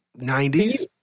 90s